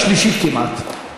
בשלישית כמעט.